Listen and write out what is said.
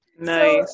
nice